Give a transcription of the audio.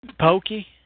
Pokey